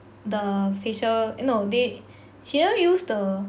the facial eh no they she never use the